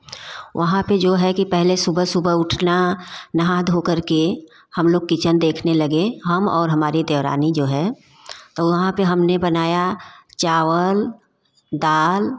वहाँ पर जो है कि पहले सुबह सुबह उठना नहा धोकर के हम लोग किचन देखने लगे हम और हमारी देवरानी जो है तो वहाँ पर हमने बनाया चावल दाल